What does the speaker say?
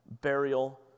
burial